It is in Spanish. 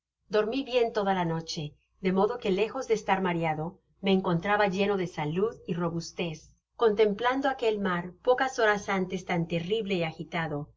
dormi bies teda la noche de modo que lejos de estar mofeado me encontraba lleno de salud y robustez contemplando aquel mar pocas horas antes tan terrible y agitado